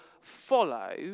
follow